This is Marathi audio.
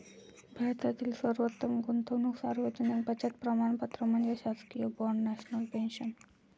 भारतातील सर्वोत्तम गुंतवणूक सार्वजनिक बचत प्रमाणपत्र म्हणजे शासकीय बाँड नॅशनल पेन्शन